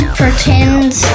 pretends